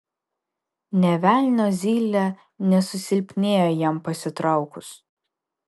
nė velnio zylė nesusilpnėjo jam pasitraukus